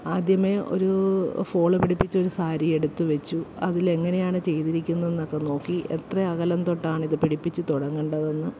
ആദ്യമേ ഒരു ഫോൾ പിടിപ്പിച്ച ഒരു സാരി എടുത്തു വച്ചു അതിൽ എങ്ങനെയാണ് ചെയ്തിരിക്കുന്നത് എന്നൊക്കെ നോക്കി എത്ര അകലം തൊട്ടാണ് ഇത് പിടിപ്പിച്ച് തുടങ്ങേണ്ടത് എന്ന്